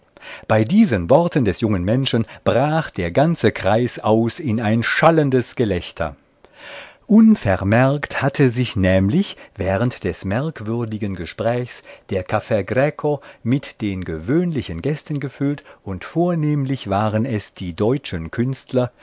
bei diesen worten des jungen menschen brach der ganze kreis aus in ein schallendes gelächter unvermerkt hatte sich nämlich während des merkwürdigen gesprächs der caff greco mit den gewöhnlichen gästen gefüllt und vornehmlich waren es die deutschen künstler